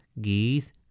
geese